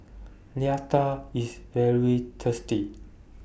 Raita IS very tasty